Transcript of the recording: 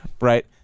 right